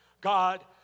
God